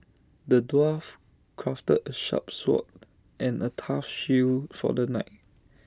the dwarf crafted A sharp sword and A tough shield for the knight